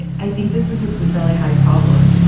i think this is a sweet valley high problem,